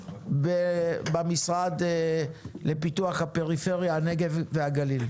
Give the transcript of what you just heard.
הבאה בנושא המשרד לפיתוח הנגב והגליל.